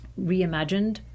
reimagined